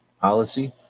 policy